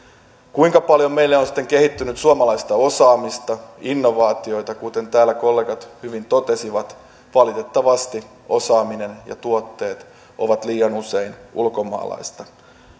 kuinka paljon meille on sitten kehittynyt suomalaista osaamista innovaatioita kuten täällä kollegat hyvin totesivat valitettavasti osaaminen ja tuotteet ovat liian usein ulkomaalaista